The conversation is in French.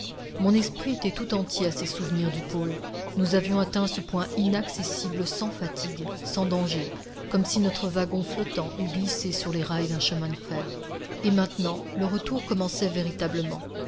mon esprit était tout entier à ses souvenirs du pôle nous avions atteint ce point inaccessible sans fatigues sans danger comme si notre wagon flottant eût glissé sur les rails d'un chemin de fer et maintenant le retour commençait véritablement